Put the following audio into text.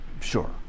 Sure